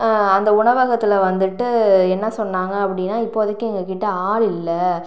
அந்த உணவகத்தில் வந்துவிட்டு என்ன சொன்னாங்க அப்படினா இப்போதைக்கி எங்கக்கிட்டே ஆள் இல்லை